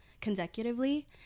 consecutively